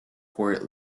port